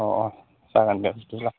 अ अ जागोन दे बिदिब्ला